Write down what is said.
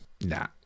Nah